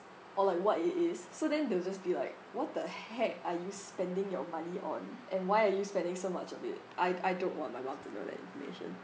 or like what it is so then they'll just be like what the heck are you spending your money on and why are you spending so much of it I I don't want my mum to know that information